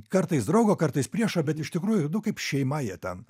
kartais draugo kartais priešo bet iš tikrųjų nu kaip šeima jie ten